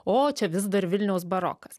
o čia vis dar vilniaus barokas